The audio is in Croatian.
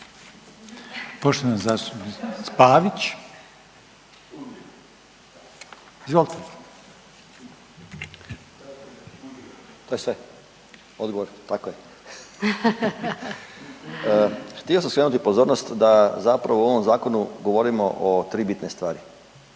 Željko (Nezavisni)** To je sve? Odgovor, tako je. Htio sam skrenuti pozornost da zapravo u ovom Zakonu govorimo o tri bitne stvari.